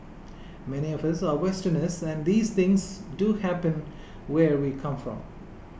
many of us are Westerners and these things do happen where we come from